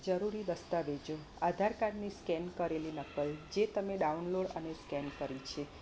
જરૂરી દસ્તાવેજો આધારકાર્ડની સ્કેન કરેલી નકલ જે તમે ડાઉનલોડ અને સ્કેન કરી છે